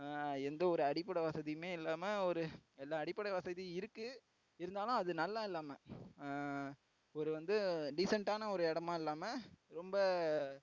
எந்த ஒரு அடிப்படை வசதியுமே இல்லாம ஒரு எல்லா அடிப்படை வசதியும் இருக்கு இருந்தாலும் அது நல்லா இல்லாம ஒரு வந்து டீசெண்டான ஒரு இடமா இல்லாம ரொம்ப